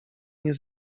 nie